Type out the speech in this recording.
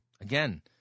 Again